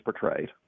portrayed